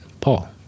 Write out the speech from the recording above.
Paul